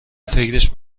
فکرش